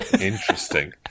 Interesting